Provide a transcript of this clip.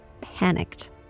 panicked